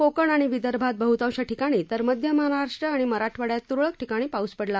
कोकण आणि विदर्भात बहतांश ठिकाणी तर मध्य महाराष्ट्र आणि मराठवाडयात तुरळक ठिकाणी पाऊस पडला